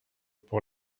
pour